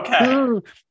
Okay